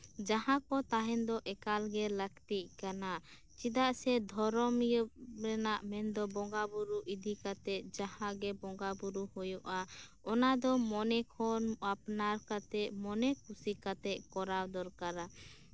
ᱡᱟᱦᱟᱸ ᱠᱚ ᱛᱟᱦᱮᱱ ᱫᱚ ᱮᱠᱟᱞ ᱞᱟᱹᱠᱛᱤᱜ ᱠᱟᱱᱟ ᱪᱮᱫᱟᱜ ᱥᱮ ᱫᱷᱚᱨᱚᱢᱤᱭᱟᱹ ᱨᱮᱱᱟᱜ ᱢᱮᱱᱫᱚ ᱵᱚᱸᱜᱟ ᱵᱩᱨᱩ ᱤᱫᱤᱠᱟᱛᱮᱫ ᱡᱟᱦᱟᱸᱜᱮ ᱵᱚᱸᱜᱟ ᱵᱩᱨᱩ ᱦᱳᱭᱳᱜᱼᱟ ᱚᱱᱟᱫᱚ ᱢᱚᱱᱮ ᱠᱷᱚᱱ ᱟᱯᱟᱱᱟᱨ ᱠᱟᱛᱮᱫ ᱢᱚᱱᱮ ᱠᱷᱩᱥᱤ ᱠᱟᱛᱮᱫ ᱠᱚᱨᱟᱣ ᱫᱚᱨᱠᱟᱨᱟ